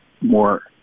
more